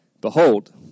Behold